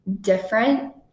different